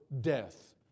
death